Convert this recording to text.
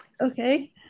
Okay